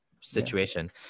situation